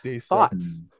Thoughts